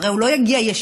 הרי הוא לא יגיע ישירות